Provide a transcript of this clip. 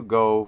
go